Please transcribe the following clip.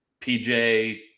pj